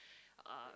um